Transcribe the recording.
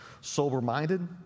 Sober-minded